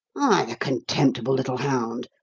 contemptible little hound!